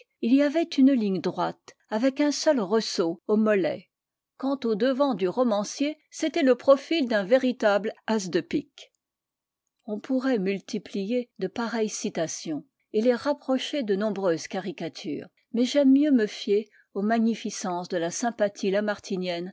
il y avait une ligne droite avec un seul ressaut au mollet i van engclgom lettres sur paris quant au devant du romancier c'était le profil d'un véritable as de pique a on pourrait multiplier de pareilles citations et les rapprocher de nombreuses caricatures mais j'aime mieux me fier aux magnificences de la sympathie